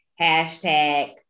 hashtag